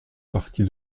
partie